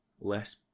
less